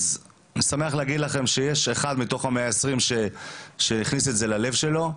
אז אני שמח להגיד לכם שיש לפחות אחד מתוך 120 שהכניס את זה ללב שלו.